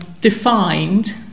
defined